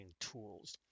tools